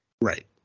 Right